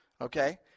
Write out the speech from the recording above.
okay